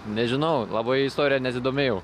nežinau labai istorija nesidomėjau